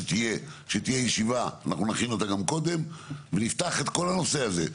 אז נפתח את כל הנושא הזה.